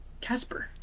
Casper